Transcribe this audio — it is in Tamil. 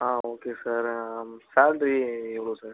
ஆ ஓகே சார் ஆ சேல்ரி எவ்வளோ சார்